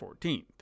14th